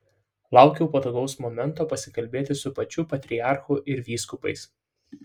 laukiau patogaus momento pasikalbėti su pačiu patriarchu ir vyskupais